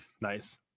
nice